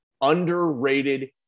underrated